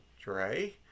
Dre